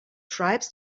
tribes